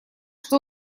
что